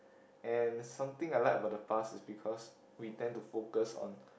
and something I like about the past is because we tend to focus on